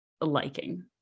liking